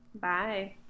Bye